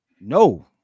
No